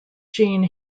jean